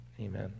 Amen